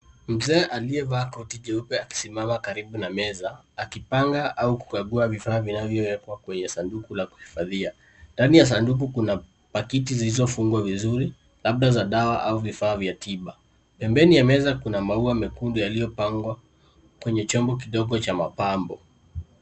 Mzee aliyevaa koti jeupe akisimama karibu na meza akipanga au kukagua vifaa vinavyowekwa kwenye sanduku la kuhifadhia. Ndani ya sanduku kuna pakiti zilizofungwa vizuri, labda za dawa au vifaa vya tiba. Pembeni ya meza kuna maua mekundu yaliyopangwa kwenye chombo kidogo cha mapambo.